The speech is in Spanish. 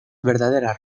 verdaderas